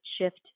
shift